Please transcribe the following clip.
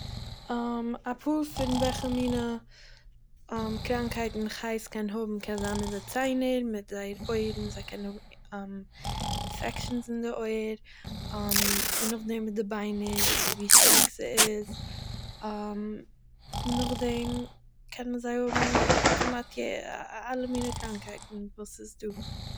א פאר פון וועלכע מינע קראנקייטן חיות קענען האבן קען זיין אין די ציינער מיט זייער אויערן, זיי קענען האבן אינפעקשעינס אין די אויער נאכדעם די ביינער ווי שטארק ס'איז נאכדעם קענען זיי האבן כמעט ----א--- אלע מינע קראנקייטן וואס ס'איז דא.